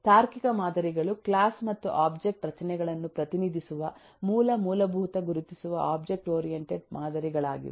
ತಾರ್ಕಿಕ ಮಾದರಿಗಳು ಕ್ಲಾಸ್ ಮತ್ತು ಒಬ್ಜೆಕ್ಟ್ ರಚನೆಗಳನ್ನು ಪ್ರತಿನಿಧಿಸುವ ಮೂಲ ಮೂಲಭೂತ ಗುರುತಿಸುವ ಒಬ್ಜೆಕ್ಟ್ ಓರಿಯೆಂಟೆಡ್ ಮಾದರಿಗಳಾಗಿವೆ